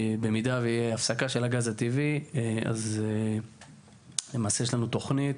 באם תהיה הפסקה של הגז הטבעי, למעשה יש לנו תוכנית